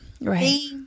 Right